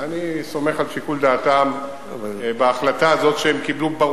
ואני סומך על שיקול דעתם בהחלטה הזאת שהם קיבלו.